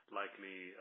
likely